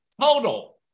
total